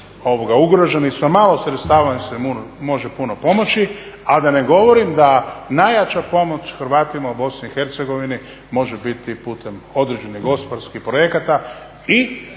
ugroženi sa malo sredstava im se može puno pomoći, a da ne govorim da najjača pomoć Hrvatima u BiH može biti putem određenih gospodarskih projekata